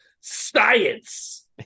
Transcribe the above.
science